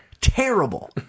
Terrible